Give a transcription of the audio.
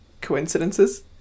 coincidences